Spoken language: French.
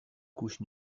couche